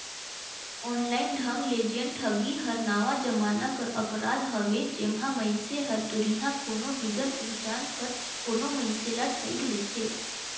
online ढंग ले जेन ठगी हर नावा जमाना कर अपराध हवे जेम्हां मइनसे हर दुरिहां कोनो बिगर पहिचान कर कोनो मइनसे ल ठइग लेथे